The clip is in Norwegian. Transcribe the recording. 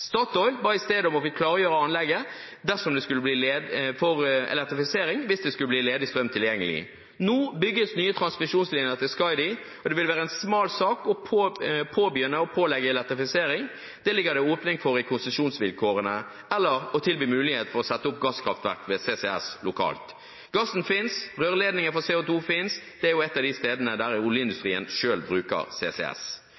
Statoil ba i stedet om få klargjøre anlegget for elektrifisering hvis det skulle bli ledig strøm tilgjengelig. Nå bygges nye transmisjonslinjer til Skaidi, og det vil være en smal sak å pålegge elektrifisering – det ligger det åpning for i konsesjonsvilkårene – eller å tilby mulighet for å sette opp gasskraftverk med CCS lokalt. Gassen finnes, rørledninger for CO2 finnes. Dette er jo et av de stedene der